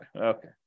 Okay